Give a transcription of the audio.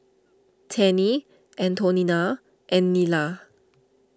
Tennie Antonina and Nila